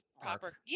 proper